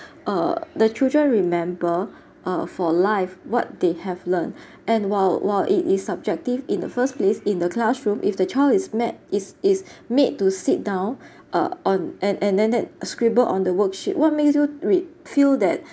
uh the children remember uh for life what they have learnt and while while it is subjective in the first place in the classroom if the child is make is is made to sit down uh on and and that that scribble on the worksheet what makes you r~ feel that